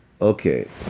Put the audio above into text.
Okay